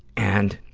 and,